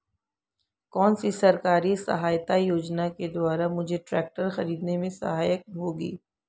कौनसी सरकारी सहायता योजना के द्वारा मुझे ट्रैक्टर खरीदने में सहायक होगी?